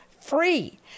free